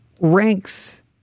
ranks